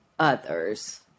others